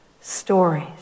stories